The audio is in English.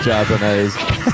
Japanese